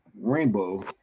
Rainbow